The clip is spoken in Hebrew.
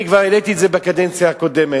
אני כבר העליתי את זה בקדנציה הקודמת,